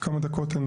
כמה דקות.